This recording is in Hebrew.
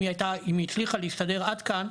אם היא הצליחה להסתדר עד כאן,